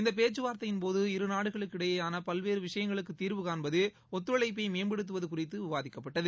இந்தப் பேச்சுவார்த்தையின்போது இருநாடுகளிடையேயான பல்வேறு விஷயங்களுக்கு தீர்வுகாண்பது ஒத்துழைப்பை மேம்படுத்துவது குறித்து விவாதிக்கப்பட்டது